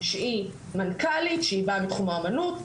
שהיא מנכ"לית שהיא באה מתחום האומנות,